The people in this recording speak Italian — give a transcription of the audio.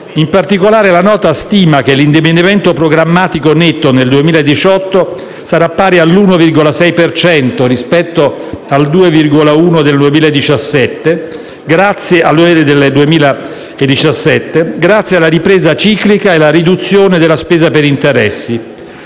In particolare, la Nota stima che l'indebitamento programmatico netto nel 2018 sarà pari all'1,6 per cento rispetto al 2,1 per cento nel 2017, grazie alla ripresa ciclica e alla riduzione della spesa per interessi.